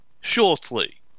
shortly